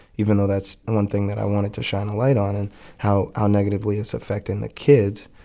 even though that's one thing that i wanted to shine a light on and how ah negatively it's affecting the kids.